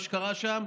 מה שקרה שם,